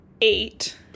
eight